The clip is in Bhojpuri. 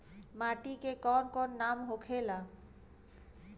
माटी के कौन कौन नाम होखे ला?